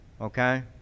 okay